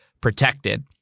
protected